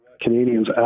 Canadians